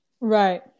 right